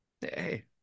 hey